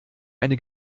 eine